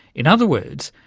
in other words,